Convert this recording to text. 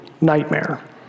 nightmare